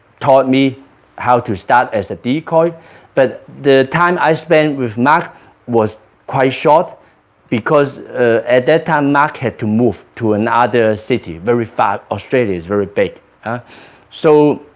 taught me how to start as a decoy but the time i spent with mark was quite short because at that time mark had to move to another city, very far, australia's very big so,